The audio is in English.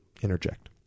interject